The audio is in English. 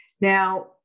Now